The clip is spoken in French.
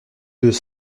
deux